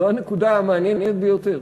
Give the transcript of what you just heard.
זו הנקודה המעניינת ביותר,